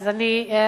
סיימת.